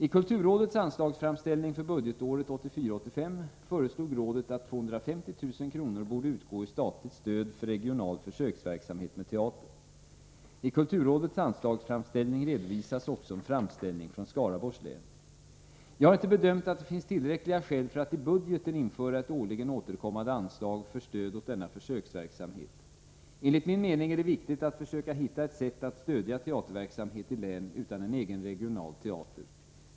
I kulturrådets anslagsframställning för budgetåret 1984/85 föreslog rådet att 250 000 kr. borde utgå i statligt stöd för regional försöksverksamhet med teater. I kulturrådets anslagsframställning redovisas också en framställning från Skaraborgs län. Jag har inte bedömt att det finns tillräckliga skäl för att i budgeten införa ett årligen återkommande anslag för stöd åt denna försöksverksamhet. Enligt min mening är det viktigt att försöka hitta ett sätt att stödja teaterverksamhet i län utan egen regional teater.